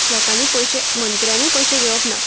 लोकांनी पयशे मंत्र्यांनी पयशे घेवप ना